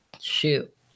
shoot